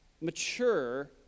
mature